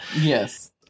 Yes